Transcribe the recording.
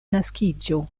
naskiĝo